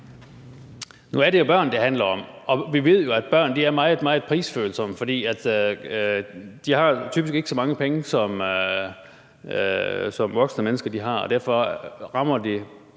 Nu er det jo børn, det handler om, og vi ved, at børn er meget, meget prisfølsomme, for de har typisk ikke så mange penge, som voksne mennesker har, og derfor rammer det.